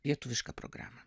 lietuvišką programą